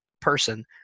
person